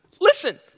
Listen